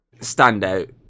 standout